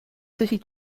city